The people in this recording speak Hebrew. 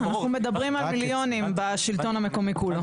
אנחנו מדברים על מיליונים בשלטון המקומי כולו.